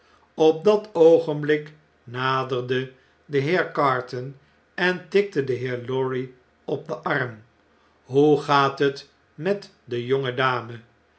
op dat oogenblik naderde de heer carton en tikte de heer lorry op den arm hoe gaat het met de